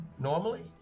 normally